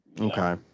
okay